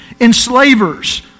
enslavers